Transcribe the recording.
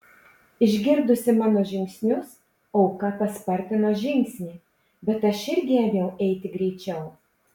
išgirdusi mano žingsnius auka paspartino žingsnį bet aš irgi ėmiau eiti greičiau